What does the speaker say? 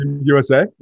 USA